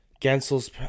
Gensel's